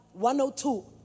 102